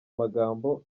magambo